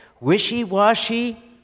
wishy-washy